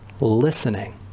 listening